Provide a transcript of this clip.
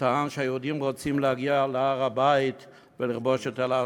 שטען שהיהודים רוצים להגיע להר-הבית ולכבוש את אל-אקצא.